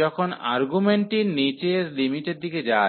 যখন আর্গুমেন্টটি নীচের লিমিটের দিকে যায়